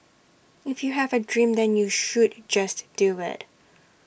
if you have A dream then you should just do IT